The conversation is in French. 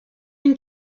une